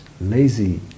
lazy